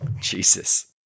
Jesus